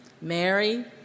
Mary